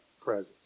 presence